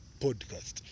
Podcast